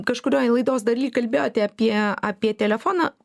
kažkurioj laidos daly kalbėjote apie apie telefoną